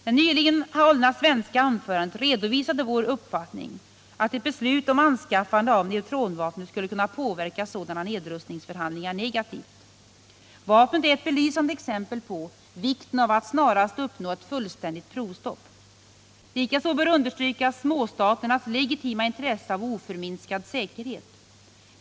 Det nyligen hållna svenska anförandet redovisade vår uppfattning att ett beslut om anskaffande av neutronvapnet skulle kunna påverka sådana nedrustningsförhandlingar negativt. Vapnet är ett belysande exempel på vikten av att snarast uppnå ett fullständigt provstopp. Likaså bör understrykas småstaternas legitima intresse av oförminskad säkerhet.